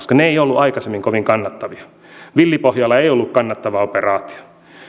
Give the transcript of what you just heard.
toimintaa koska se ei ollut aikaisemmin kovin kannattavaa villi pohjola ei ollut kannattava operaatio